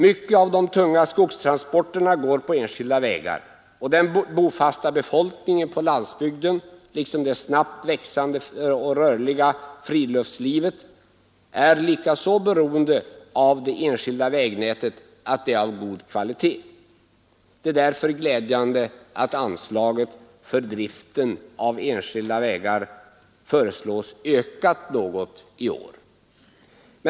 Mycket av de tunga transporterna går på enskilda vägar, och den bofasta befolkningen på landsbygden liksom det snabbt växande rörliga friluftslivet är likaså beroende av att det enskilda vägnätet är av god kvalitet. Det är därför glädjande att anslaget för driften av enskilda vägar föreslås öka något i år.